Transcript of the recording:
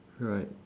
right